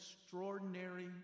extraordinary